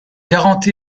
quarante